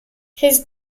his